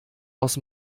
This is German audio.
aus